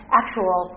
actual